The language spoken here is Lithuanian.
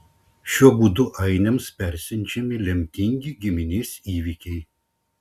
šiuo būdu ainiams persiunčiami lemtingi giminės įvykiai